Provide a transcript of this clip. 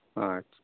ᱟᱪᱪᱷᱟ